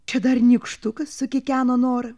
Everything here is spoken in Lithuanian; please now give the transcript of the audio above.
čia dar nykštukas sukikeno nora